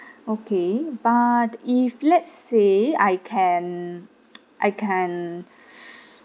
okay but if let's say I can I can